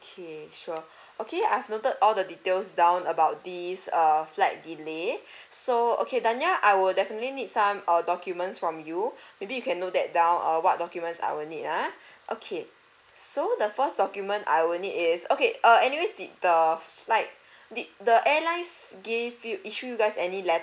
okay sure okay I've noted all the details down about this err flight delay so okay danya I will definitely need some err documents from you maybe you can note that down err what documents I will need ah okay so the first document I will need is okay err anyways did the flight did the airlines give you issue you guys any